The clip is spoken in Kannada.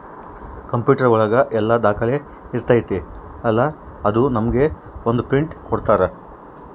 ಕಂಪ್ಯೂಟರ್ ಒಳಗ ಎಲ್ಲ ದಾಖಲೆ ಇರ್ತೈತಿ ಅಲಾ ಅದು ನಮ್ಗೆ ಒಂದ್ ಪ್ರಿಂಟ್ ಕೊಡ್ತಾರ